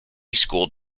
school